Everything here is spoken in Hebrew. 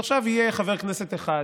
כשהיה באופוזיציה הוא היה כותב כל הזמן.